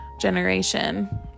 generation